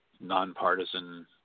nonpartisan